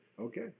Okay